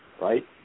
right